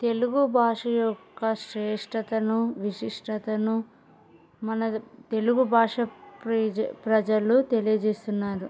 తెలుగు భాష యొక్క శ్రేష్టతను విశిష్టతను మన తెలుగు భాష ప్రజలు తెలియజేస్తున్నారు